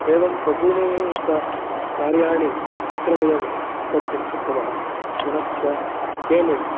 एवं बहूनि क कार्याणि अत्र वयं कर्तुं शक्नुमः पुनश्च पेमेन्ट्